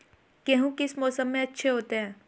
गेहूँ किस मौसम में अच्छे होते हैं?